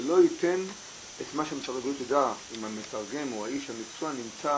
זה לא ייתן את מה שמשרד הבריאות יודע אם המתרגם או איש המקצוע נמצא